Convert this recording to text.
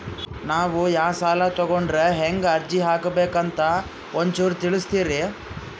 ನಾವು ಯಾ ಸಾಲ ತೊಗೊಂಡ್ರ ಹೆಂಗ ಅರ್ಜಿ ಹಾಕಬೇಕು ಅಂತ ಒಂಚೂರು ತಿಳಿಸ್ತೀರಿ?